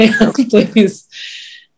Please